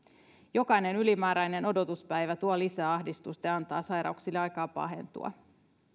jokainen ylimääräinen odotuspäivä tuo lisää ahdistusta ja antaa sairauksille aikaa pahentua